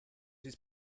his